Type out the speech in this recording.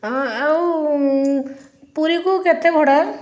ହଁ ଆଉ ପୁରୀକୁ କେତେ ଭଡ଼ା